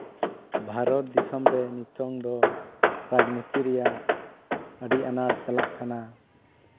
ᱵᱷᱟᱨᱚᱛ ᱫᱤᱥᱚᱢ ᱨᱮ ᱱᱤᱛᱚᱝ ᱫᱚ ᱨᱟᱡᱽᱱᱤᱛᱤ ᱨᱮᱭᱟᱜ ᱟᱹᱰᱤ ᱟᱱᱟᱴ ᱪᱟᱞᱟᱜ ᱠᱟᱱᱟ